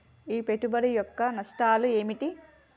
ఈ పెట్టుబడి యొక్క నష్టాలు ఏమిటి?